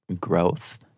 growth